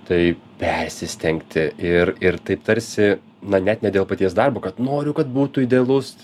tai persistengti ir ir taip tarsi na net ne dėl paties darbo kad noriu kad būtų idealus